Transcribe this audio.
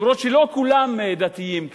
למרות שלא כולם דתיים כאן,